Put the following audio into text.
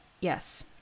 Yes